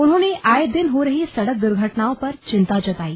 उन्होंने आये दिन हो रही सड़क दुर्घटनाओं पर चिंता जताई